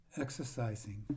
Exercising